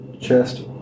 chest